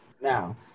Now